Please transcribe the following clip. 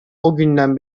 günden